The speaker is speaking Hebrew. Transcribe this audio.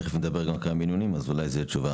תכף נדבר כאן גם על מינונים, אז אולי תהיה תשובה.